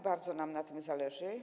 Bardzo nam na tym zależy.